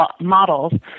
models